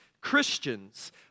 Christians